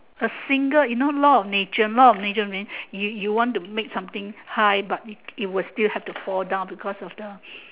a single you know law of nature law of nature means you you want to make something high but it it will still have to fall down because of the